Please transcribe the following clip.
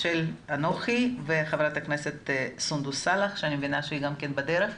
הצעה לסדר שלי ושל חברת הכנסת סונדוס סאלח שאני מבינה שאני בדרך.